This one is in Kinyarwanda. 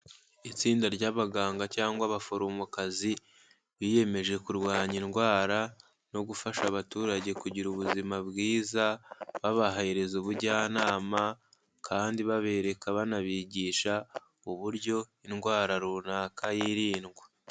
Itsinda ry'abaganga cyangwa abaforomokazi, biyemeje kurwanya indwara no gufasha abaturage kugira ubuzima bwiza, babahereza ubujyanama kandi babereka banabigisha uburyo indwara runaka yirindwa.